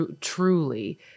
truly